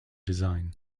design